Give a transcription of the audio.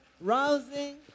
rousing